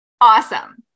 Awesome